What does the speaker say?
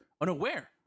unaware